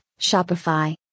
Shopify